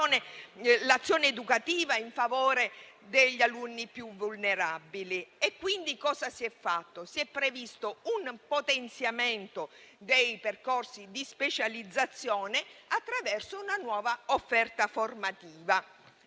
l'azione educativa in favore degli alunni più vulnerabili. E quindi cosa si è fatto? Si è previsto un potenziamento dei percorsi di specializzazione attraverso una nuova offerta formativa.